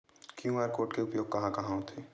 QR code के उपयोग कहां कहां होथे?